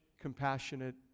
compassionate